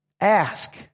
Ask